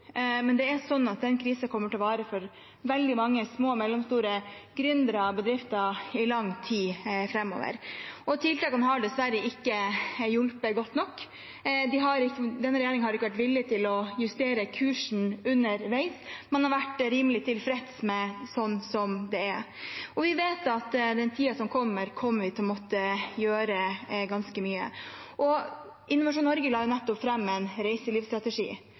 men den krisen kommer til å vare for veldig mange små og mellomstore gründere og bedrifter i lang tid framover, og tiltakene har dessverre ikke hjulpet godt nok. Denne regjeringen har ikke vært villig til å justere kursen underveis. Man har vært rimelig tilfreds sånn som det er. Vi vet at i tiden som kommer, kommer vi til å måtte gjøre ganske mye, og Innovasjon Norge la nettopp fram en reiselivsstrategi.